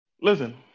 Listen